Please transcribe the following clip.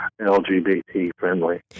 LGBT-friendly